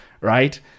right